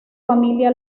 familia